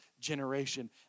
generation